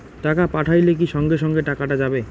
টাকা পাঠাইলে কি সঙ্গে সঙ্গে টাকাটা যাবে?